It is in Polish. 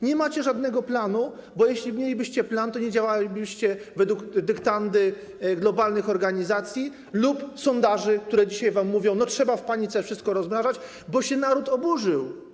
Nie macie żadnego planu, bo jeśli mielibyście plan, to nie działalibyście pod dyktando globalnych organizacji lub sondaży, które dzisiaj wam mówią: trzeba w panice wszystko rozmrażać, bo się naród oburzył.